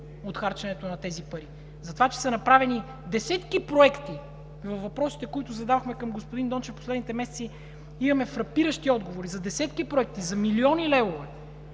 от харченето им, че са направени десетки проекти. От въпросите, които зададохме към господин Дончев в последните месеци имаме фрапиращи отговори за десетки проекти, за милионни левове,